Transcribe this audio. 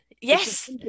Yes